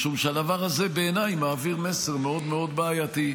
משום שבעיניי הדבר הזה מעביר מסר מאוד מאוד בעייתי.